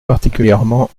particulièrement